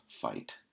fight